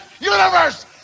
universe